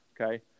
Okay